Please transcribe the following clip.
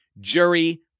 jury